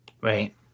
Right